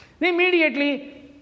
Immediately